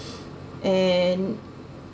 and